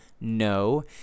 No